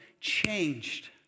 changed